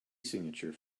signature